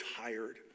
tired